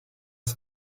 sie